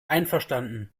einverstanden